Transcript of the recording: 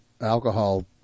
alcohol